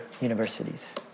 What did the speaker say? universities